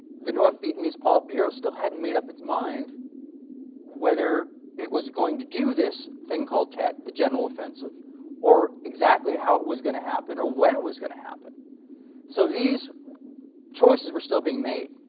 the north vietnamese politburo still hadn't made up its mind whether it was going to do this thing called tet the general offensive or exactly how it was going to happen or when it was gonna happen so these choices were still being made,